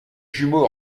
jumeaux